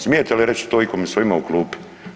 Smijete li reći to ikome svojima u klupi?